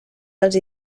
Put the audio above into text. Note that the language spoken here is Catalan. dels